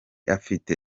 afite